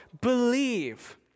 believe